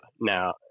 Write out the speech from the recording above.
Now